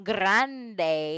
Grande